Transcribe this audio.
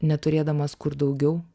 neturėdamas kur daugiau